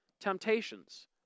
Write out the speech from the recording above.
temptations